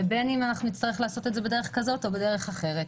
ובין אם אנחנו נצטרך לעשות את זה בדרך כזאת או בדרך אחרת.